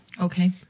Okay